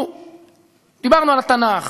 דיברנו על התנ"ך.